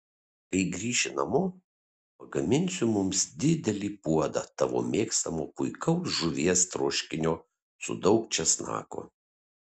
kai grįši namo pagaminsiu mums didelį puodą tavo mėgstamo puikaus žuvies troškinio su daug česnako